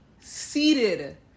seated